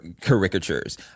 Caricatures